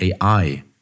AI